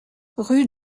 rue